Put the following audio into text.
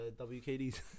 WKD's